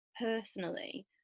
personally